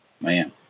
Man